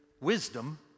Wisdom